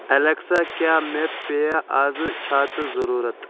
Alexa کیٛاہ مےٚ پیٚیا آز چھاتہٕ ضروٗرت